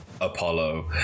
apollo